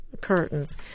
curtains